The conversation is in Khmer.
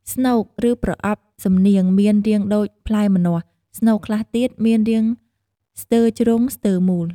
ស្នូក ឬប្រអប់សំនៀងមានរាងដូច ផ្លែម្នាស់ ស្នូកខ្លះទៀតមានរាងស្ទើរជ្រុងស្ទើរមូល ។